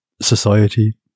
society